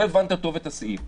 לא הבנת טוב את הסעיף,